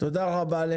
תודה רבה.